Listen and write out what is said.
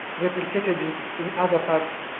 replicated in in other parts